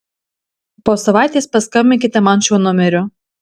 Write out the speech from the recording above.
po savaitės paskambinkite man šiuo numeriu